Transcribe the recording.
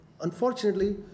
unfortunately